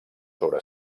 sobre